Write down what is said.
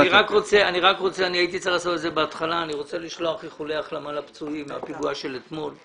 אבל אני קודם רוצה לשלוח איחולי החלמה לפצועים בפיגוע שהתרחש אתמול.